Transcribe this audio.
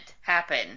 happen